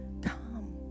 come